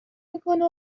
میکنه